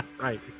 Right